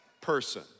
person